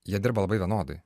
jie dirba labai vienodai